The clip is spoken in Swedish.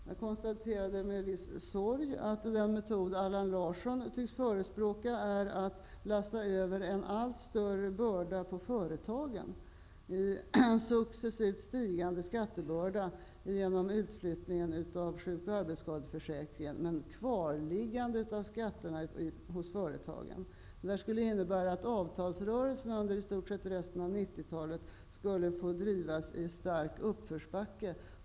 Jag konstaterade med en viss sorg att den metod Allan Larsson tycks förespråka är att lasta över en allt större börda på företagen, dvs. en successivt stigande skattebörda genom utflyttningen av sjukoch arbetsskadeförsäkringen men ett kvarliggande av skatterna hos företagen. Det skulle innebära att avtalsrörelserna under i stort sett resten av 90-talet skulle få drivas i stark uppförsbacke.